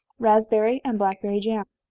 raspberry and blackberry jam.